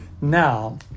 Now